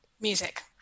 Music